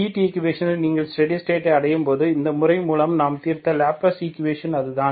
heat ஈக்குவேஷனில் நீங்கள் steady ஸ்டேட்டை அடையும்போது இந்த முறை மூலம் நாம் தீர்த்த லாப்லஸ் ஈக்குவேஷன் அதுதான்